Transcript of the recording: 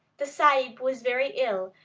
the sahib was very ill,